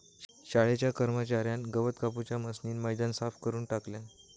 शाळेच्या कर्मच्यार्यान गवत कापूच्या मशीनीन मैदान साफ करून टाकल्यान